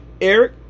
Eric